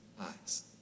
eyes